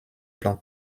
plan